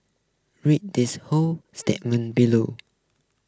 read this whole statement below